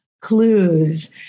clues